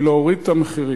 ולהוריד את המחירים,